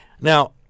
Now